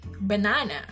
banana